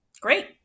Great